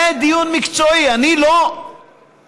זה דיון מקצועי, אני אינני,